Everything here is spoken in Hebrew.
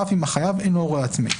אף אם החייב אינו הורה עצמאי,